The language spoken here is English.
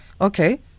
Okay